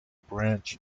branch